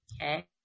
Okay